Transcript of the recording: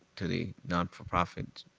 to the not-for-profits